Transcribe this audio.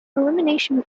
elimination